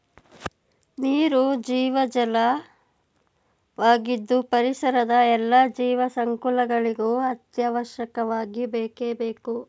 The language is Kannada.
ನೀರು ಜೀವಜಲ ವಾಗಿದ್ದು ಪರಿಸರದ ಎಲ್ಲಾ ಜೀವ ಸಂಕುಲಗಳಿಗೂ ಅತ್ಯವಶ್ಯಕವಾಗಿ ಬೇಕೇ ಬೇಕು